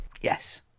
Yes